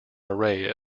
array